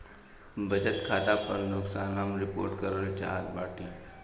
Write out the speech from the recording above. बचत खाता पर नुकसान हम रिपोर्ट करल चाहत बाटी